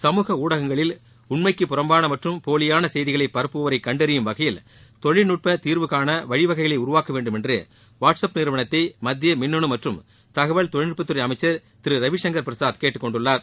சமூக ஊடகங்களில் உண்மைக்கு புறம்பான மற்றும் போலியான செய்திகளை பரப்புவோரை கண்டறியும் வகையில் தொழில்நுட்ப தீர்வுக்கான வழிவகைகளை உருவாக்க வேண்டும் என்று வாட்ஸ் அப் நிறுவனத்தை மத்திய மின்னு மற்றும் தகவல் தொழில்நுட்பத்துறை அமைச்சர் திரு ரவிசங்கர் பிரசாத் கேட்டுக்கொண்டுள்ளார்